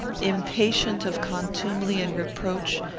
impatient of contumely and reproach,